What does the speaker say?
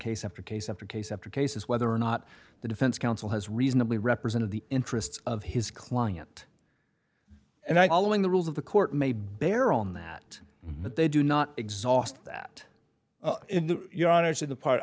case after case after case after case is whether or not the defense counsel has reasonably represented the interests of his client and i call in the rules of the court may bear on that but they do not exhaust that in your honor the part